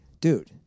dude